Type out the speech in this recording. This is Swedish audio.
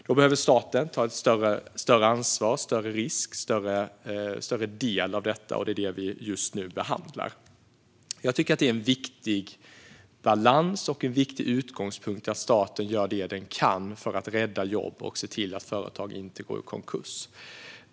Då behöver staten ta ett större ansvar, en större risk och en större del, och det är detta som vi just nu behandlar. Jag tycker att det är en viktig balans och utgångspunkt att staten gör det den kan för att rädda jobb och se till att företag inte går i konkurs.